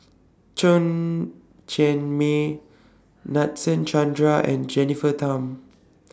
Chen Cheng Mei Nadasen Chandra and Jennifer Tham